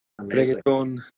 reggaeton